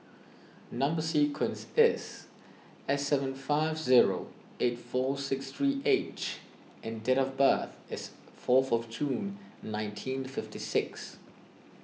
Number Sequence is S seven five zero eight four six three H and date of birth is fourth of June nineteen fifty six